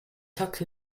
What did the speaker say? tucked